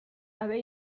gabe